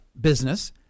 business